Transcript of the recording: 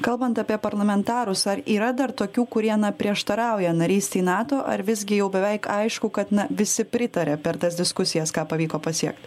kalbant apie parlamentarus ar yra dar tokių kurie na prieštarauja narystei nato ar visgi jau beveik aišku kad na visi pritaria per tas diskusijas ką pavyko pasiekt